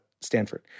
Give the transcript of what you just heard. Stanford